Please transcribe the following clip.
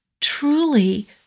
truly